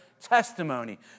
testimony